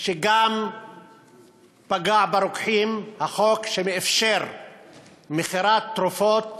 שגם פגע ברוקחים, חוק שמאפשר מכירת תרופות